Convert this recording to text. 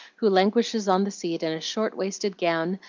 who languishes on the seat in a short-waisted gown,